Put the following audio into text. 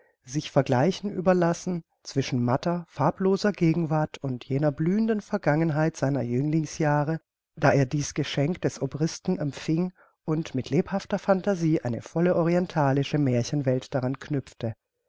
sich vergleichen überlassen zwischen matter farbloser gegenwart und jener blühenden vergangenheit seiner jünglingsjahre da er dieß geschenk des obristen empfing und mit lebhafter phantasie eine volle orientalische märchenwelt daran knüpfte